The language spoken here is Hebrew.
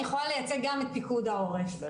אני יכולה לייצג גם את פיקוד העורף.